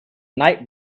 night